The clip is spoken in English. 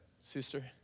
sister